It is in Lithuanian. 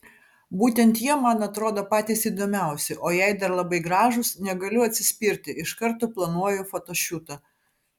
būtent jie man atrodo patys įdomiausi o jei dar labai gražūs negaliu atsispirti iš karto planuoju fotošiūtą